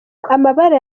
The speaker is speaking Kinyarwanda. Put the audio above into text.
amabara